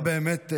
את זה באמת,